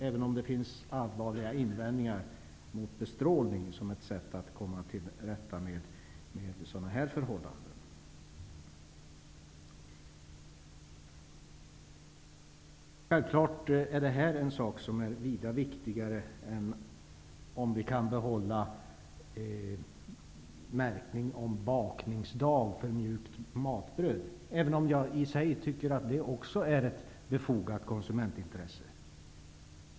Dessutom finns det allvarliga invändningar mot bestrålning som ett sätt att komma till rätta med sådana här förhållanden. Självklart är detta en sak som är vida viktigare än om vi kan behålla märkning om bakningsdag för mjukt matbröd. I sig tycker jag dock att det är ett befogat konsumentintresse.